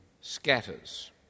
scatters